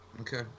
Okay